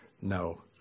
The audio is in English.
No